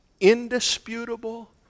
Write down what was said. indisputable